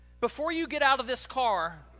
before-you-get-out-of-this-car